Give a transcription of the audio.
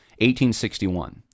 1861